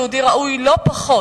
שהעם היהודי ראוי לא פחות